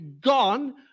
gone